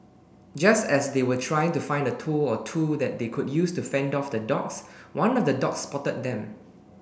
just as they were trying to find a tool or two that they could use to fend off the dogs one of the dogs spotted them